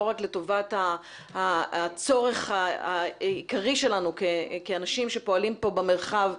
לא רק לטובת הצורך העיקרי שלנו כאנשים שפועלים כאן במרחב,